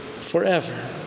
forever